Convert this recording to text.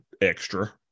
extra